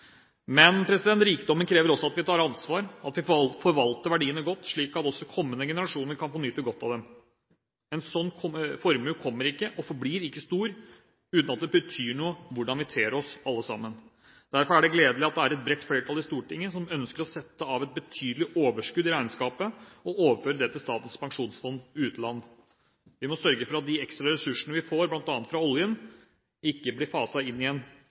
Men rikdommen krever også at vi tar ansvar og at vi forvalter verdiene godt, slik at også kommende generasjoner kan få nyte godt av dem. En sånn formue kommer ikke – og forblir ikke stor – uten at det betyr noe hvordan vi alle sammen ter oss. Derfor er det gledelig at det er et bredt flertall i Stortinget som ønsker å sette av et betydelig overskudd i regnskapet og overføre dette til Statens pensjonsfond utland. Vi må sørge for at de ekstra ressursene vi får, bl.a. fra oljen, ikke blir faset inn